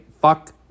fuck